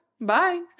Bye